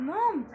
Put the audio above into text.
Mom